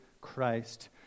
Christ